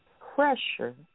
Pressure